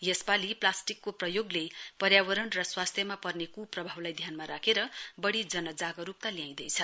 यसपालि प्लास्टिकको प्रयोगले पर्यावरण र स्वास्थ्यमा पर्ने कुप्रभावलाई ध्यानमा राखेर वढ़ी जनजाकरुकता ल्याइँदैछ